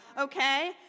okay